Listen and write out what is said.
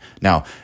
Now